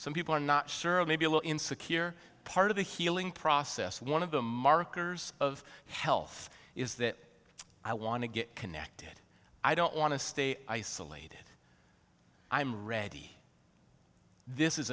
some people are not sure and maybe a little insecure part of the healing process and one of the markers of health is that i want to get connected i don't want to stay isolated i'm ready this is